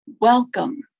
Welcome